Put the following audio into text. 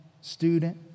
student